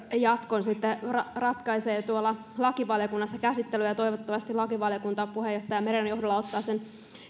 jatkon ratkaisee käsittely tuolla lakivaliokunnassa ja toivottavasti lakivaliokunta puheenjohtaja meren johdolla ottaa sen